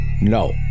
No